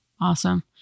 Awesome